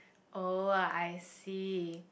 oh ah I see